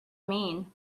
mean